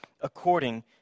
according